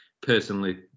personally